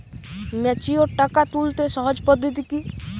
Mature টাকা তুলতে সহজ পদ্ধতি কি?